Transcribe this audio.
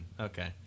Okay